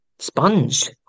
Sponge